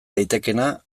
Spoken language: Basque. daitekeena